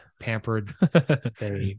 pampered